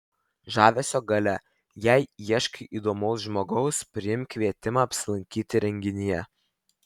žavesio galia jei ieškai įdomaus žmogaus priimk kvietimą apsilankyti renginyje